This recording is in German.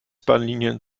bahnlinien